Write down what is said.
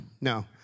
No